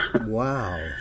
Wow